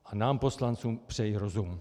A nám poslancům přeji rozum.